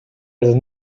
also